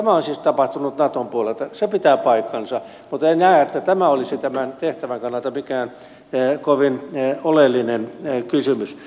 tämä on siis tapahtunut naton puolelta se pitää paikkansa mutta en näe että tämä olisi tämän tehtävän kannalta mikään kovin oleellinen kysymys